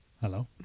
Hello